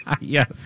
Yes